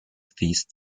feast